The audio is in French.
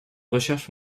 recherches